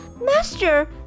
Master